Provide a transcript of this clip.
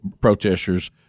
protesters